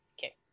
okay